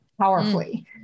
powerfully